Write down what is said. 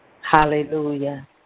Hallelujah